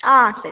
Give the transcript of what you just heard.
ஆ சரி